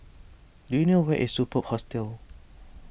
do you know where is Superb Hostel